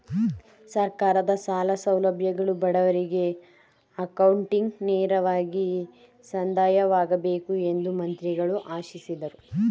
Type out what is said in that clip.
ಸರ್ಕಾರದ ಸಾಲ ಸೌಲಭ್ಯಗಳು ಬಡವರಿಗೆ ಅಕೌಂಟ್ಗೆ ನೇರವಾಗಿ ಸಂದಾಯವಾಗಬೇಕು ಎಂದು ಮಂತ್ರಿಗಳು ಆಶಿಸಿದರು